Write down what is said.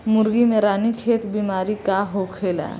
मुर्गी में रानीखेत बिमारी का होखेला?